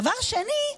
דבר שני,